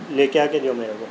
لے کے آ کے دو میرے کو